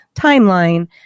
timeline